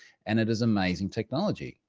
and it is amazing technology.